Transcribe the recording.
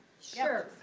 sure.